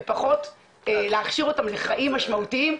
ופחות להכשיר אותם לחיים משמעותיים,